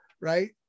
right